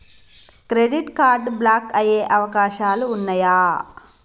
Credit card block అయ్యే అవకాశాలు ఉన్నయా?